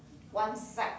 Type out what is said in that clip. one side